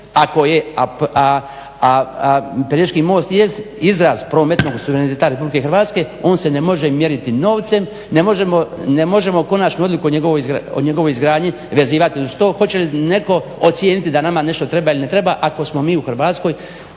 a Pelješki most jest izraz prometnog suvereniteta RH on se ne može mjeriti novcem ne možemo konačnu odluku o njegovoj izgradnji vezivati uz to hoće li netko ocijeniti da li nama nešto treba ili ne treba ako smo mi u Hrvatskoj